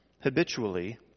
habitually